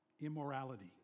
immorality